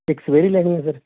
ਇੱਕ ਸਵੇਰੇ ਲੈਣੀ ਆ ਸਰ